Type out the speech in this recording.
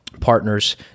Partners